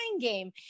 game